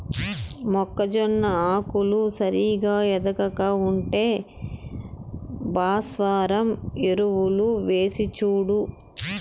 మొక్కజొన్న ఆకులు సరిగా ఎదగక ఉంటే భాస్వరం ఎరువులు వేసిచూడు